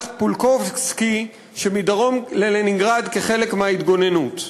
פולקובסקי שמדרום ללנינגרד כחלק מהתגוננות.